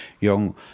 young